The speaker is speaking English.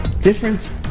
different